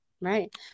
Right